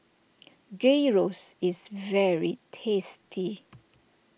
Gyros is very tasty